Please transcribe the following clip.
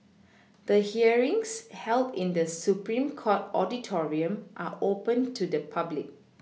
the hearings held in the Supreme court auditorium are open to the public